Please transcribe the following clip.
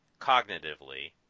cognitively